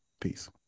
Peace